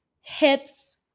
hips